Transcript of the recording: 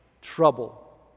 trouble